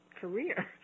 career